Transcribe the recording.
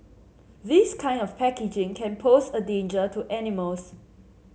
this kind of packaging can pose a danger to animals